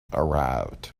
arrived